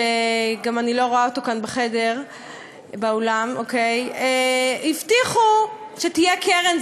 אני גם לא רואה אותו כאן באולם, הבטיחו שתהיה קרן.